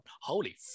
Holy